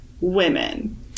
women